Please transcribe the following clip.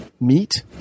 meet